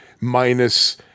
minus